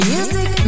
Music